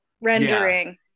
rendering